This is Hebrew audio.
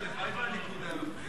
אדוני, הלוואי שהליכוד היה מפריע.